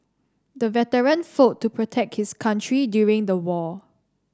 the veteran fought to protect his country during the war